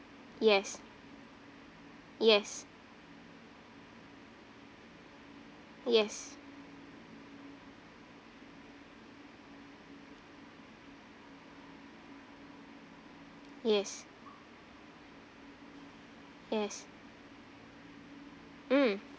yes yes yes yes yes mm